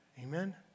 Amen